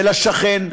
ולשכן.